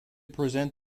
present